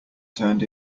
turned